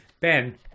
Ben